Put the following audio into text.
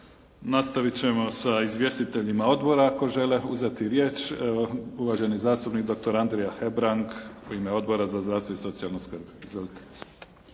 Nastavit ćemo sa izvjestiteljima odbora ako žele uzeti riječ. Uvaženi zastupnik doktor Andrija Hebrang u ime Odbora za zravstvo i socijalnu skrb.